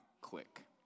Click